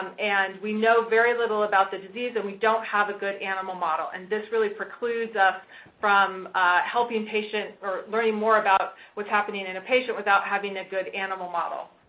and we know very little about the disease and we don't have a good animal model. and this really precludes us from helping patients or learning more about what's happening in and a patient without having a good animal model.